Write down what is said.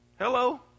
Hello